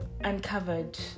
uncovered